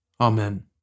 Amen